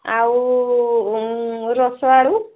ଆଉ ରସ ଆଳୁ